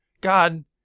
God